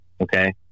Okay